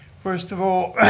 first of all,